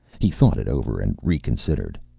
he thought it over and reconsidered.